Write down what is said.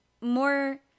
more